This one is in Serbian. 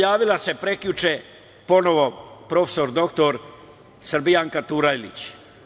Javila se prekjuče ponovo prof. dr Srbijanka Turajlić.